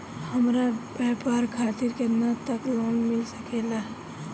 हमरा व्यापार खातिर केतना तक लोन मिल सकेला?